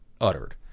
uttered